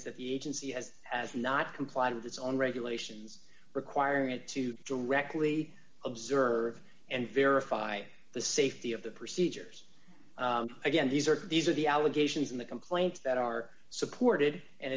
is that the agency has has not complied with its own regulations requiring it to directly observe and verify the safety of the procedures and again these are these are the allegations in the complaint that are supported and